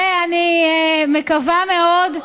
ואני מקווה מאוד,